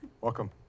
Welcome